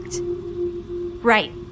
Right